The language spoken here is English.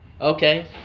okay